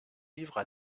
livres